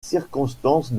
circonstances